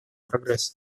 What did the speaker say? прогресса